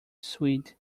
swede